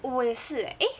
我也是 eh eh